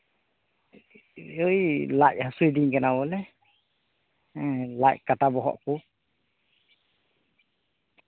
ᱳᱭ ᱞᱟᱡᱽ ᱦᱟᱹᱥᱩᱭᱤᱫᱤᱧ ᱠᱟᱱᱟ ᱵᱚᱞᱮ ᱦᱩᱸ ᱞᱟᱡᱽ ᱠᱟᱴᱟ ᱵᱚᱦᱚᱜ ᱠᱚ